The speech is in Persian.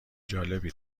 جالبی